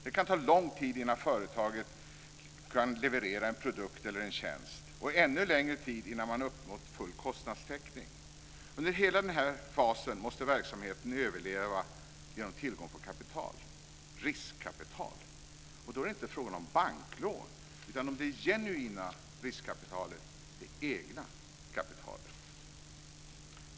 Det kan ta lång tid innan företaget kan leverera en produkt eller en tjänst och ännu längre tid innan man uppnått full kostnadstäckning. Under hela denna fas måste verksamheten överleva genom tillgång på kapital - riskkapital. Och då är det inte fråga om banklån utan om det genuina riskkapitalet - det egna kapitalet.